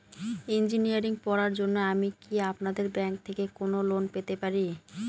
Engineering পড়ার জন্য আমি কি আপনাদের ব্যাঙ্ক থেকে কোন লোন পেতে পারি?